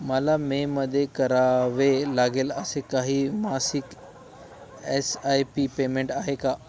मला मेमध्ये करावे लागेल असे काही मासिक एस आय पी पेमेंट आहे का